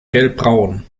gelbbraun